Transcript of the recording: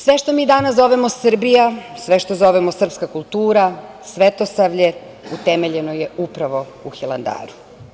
Sve što mi danas zovemo Srbija, sve što zovemo srpska kultura, svetosavlje, utemeljeno je upravo u Hilandaru.